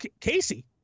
Casey